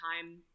time